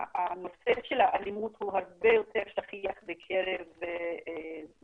הנושא של האלימות הרבה יותר שכיח בקרב מתבגרים,